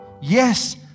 yes